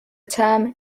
term